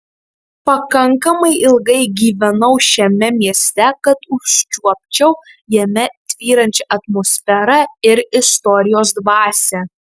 pakankamai ilgai gyvenau šiame mieste kad užčiuopčiau jame tvyrančią atmosferą ir istorijos dvasią